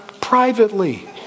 privately